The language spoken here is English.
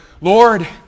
Lord